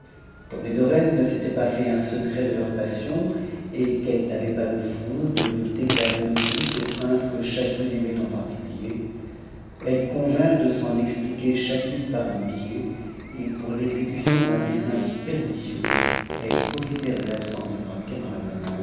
romme les deux reines ne s'étaient pas fait un secret de leur passion ou'eues n'avaient pas le n'ont de le déclarer de bouche au prince que chacune aimait en particulier elles convinrent de s'en expliquer cha uue par un billet et pour l'exécution d'un dessein si pernicieux elles n'obèrent de l'absence du roi